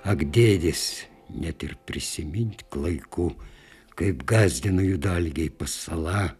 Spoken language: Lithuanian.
ak dėdės net ir prisimint klaiku kaip gąsdina jų dalgiai pasala